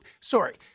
sorry